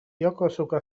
yokosuka